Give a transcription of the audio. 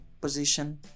position